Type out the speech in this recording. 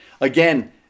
Again